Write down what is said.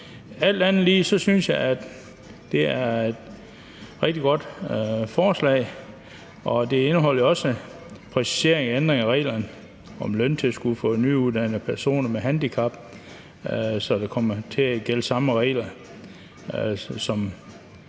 Alt andet lige synes jeg, det er et rigtig godt forslag. Det indeholder jo også præcisering af ændring af reglerne om løntilskud for nyuddannede personer med handicap, så der kommer til at gælde de samme regler, der